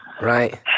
Right